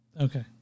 Okay